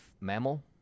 mammal